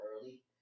early